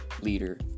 leader